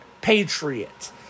Patriots